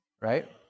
Right